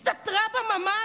הסתתרה בממ"ד.